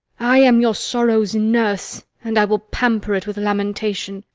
i am your sorrow's nurse, and i will pamper it with lamentation.